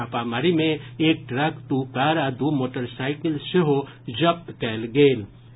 छापामारी मे एक ट्रक दू कार आ दू मोटरसाईकिल सेहो जब्त कयल गेल अछि